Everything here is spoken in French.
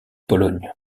pologne